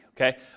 okay